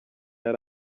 yari